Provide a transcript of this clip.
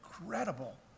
incredible